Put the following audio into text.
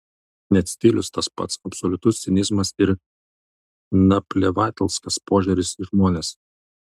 net stilius tas pats absoliutus cinizmas ir naplevatelskas požiūris į žmones